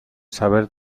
saber